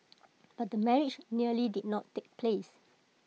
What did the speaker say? but the marriage nearly did not take place